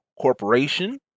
Corporation